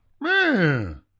man